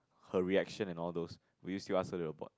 her reaction and all those will you still ask her to abort